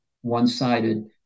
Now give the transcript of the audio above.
one-sided